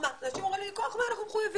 אנשים אומרים לי, מכוח מה אנחנו מחויבים?